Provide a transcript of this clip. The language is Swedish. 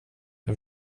jag